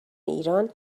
ایران